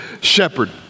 shepherd